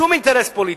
שום אינטרס פוליטי.